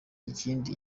ikindi